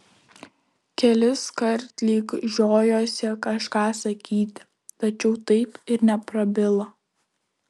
keliskart lyg žiojosi kažką sakyti tačiau taip ir neprabilo